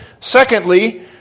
secondly